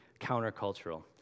countercultural